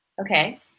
Okay